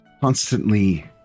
constantly